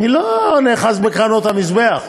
אני לא נאחז בקרנות המזבח.